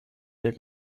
der